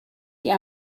die